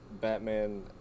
Batman